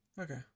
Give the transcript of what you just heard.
Okay